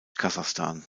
kasachstan